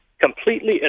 completely